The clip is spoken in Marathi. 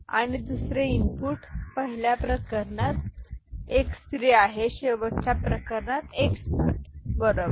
आणि दुसरे इनपुट पहिल्या प्रकरणात x 3 आहे शेवटच्या प्रकरणात x 0 बरोबर